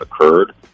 occurred